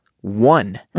One